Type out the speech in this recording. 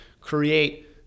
create